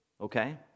okay